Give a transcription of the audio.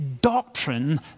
doctrine